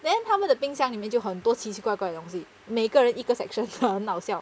then 他们的冰箱里面就很多奇奇怪怪的东西每个人一个 section 得很好笑